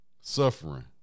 Suffering